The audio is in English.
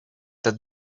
that